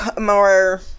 more